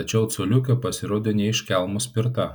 tačiau coliukė pasirodė ne iš kelmo spirta